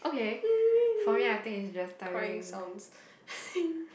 crying sounds